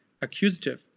accusative